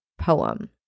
poem